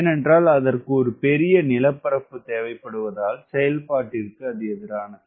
ஏனென்றால் அதற்கு ஒரு பெரிய நிலப்பரப்பு தேவைப்படுவதால் செயல்பாட்டிற்கு எதிரானது